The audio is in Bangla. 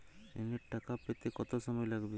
ঋণের টাকা পেতে কত সময় লাগবে?